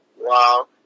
Wow